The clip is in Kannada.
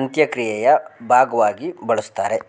ಅಂತ್ಯಕ್ರಿಯೆಯ ಭಾಗ್ವಾಗಿ ಬಳುಸ್ತಾರೆ